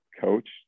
coach